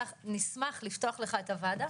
נשמח לפתוח לך את הוועדה,